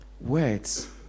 Words